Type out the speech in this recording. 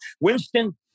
Winston